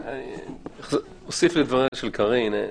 אני אוסיף לדבריה של קארין.